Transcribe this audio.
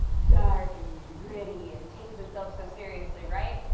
dark and gritty and takes itself so seriously, right?